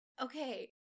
Okay